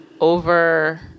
over